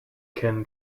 qin